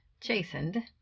chastened